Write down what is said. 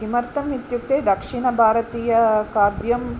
किमर्थम् इत्युक्ते दक्षिणभारतीयं खाद्यं